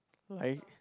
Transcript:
like